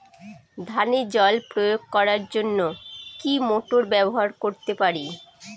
ধানে জল প্রয়োগ করার জন্য কি মোটর ব্যবহার করতে পারি?